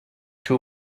two